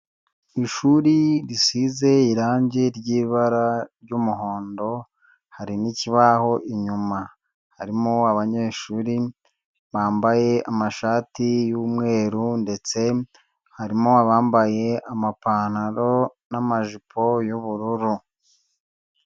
Ishuri risize irangi ry'ibara ry'umuhondo, hari n'ikibaho inyuma, harimo abanyeshuri bambaye amashati y'umweru ndetse harimo abambaye amapantaro n'amajipo y'ubururu.